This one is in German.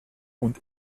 und